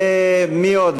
ומי עוד?